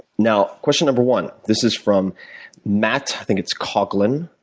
now, question number one. this is from matt, i think it's coughlin,